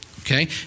Okay